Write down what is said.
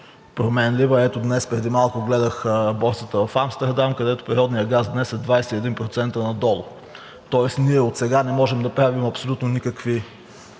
променлива. Преди малко гледах борсата в Амстердам, където природният газ днес е 21% надолу. Тоест ние отсега не можем да правим абсолютно никакви